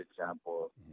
example